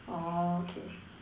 orh okay